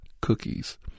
Cookies